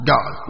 God